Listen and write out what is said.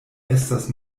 estas